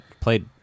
played